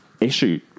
issue